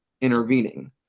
intervening